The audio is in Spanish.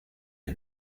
que